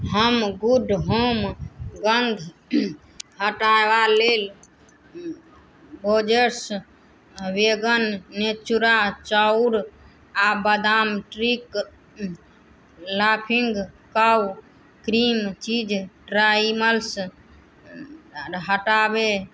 हम good home गन्ध हटेबा लेल बोर्जेस वेगन नेचुरा चाउर आओर बादाम trick laughing cow cream cheese ट्राइमल्स हटाबै